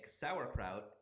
sauerkraut